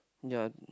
yea